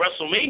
WrestleMania